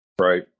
Right